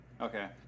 Okay